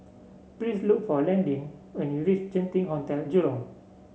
please look for Landin when you reach Genting Hotel Jurong